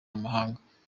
amahanga